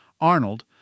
Arnold